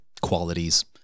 qualities